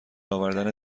آوردن